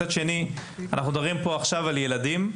מצד שני, אנחנו מדברים פה עכשיו על ילדים.